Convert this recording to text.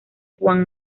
juan